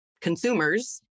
consumers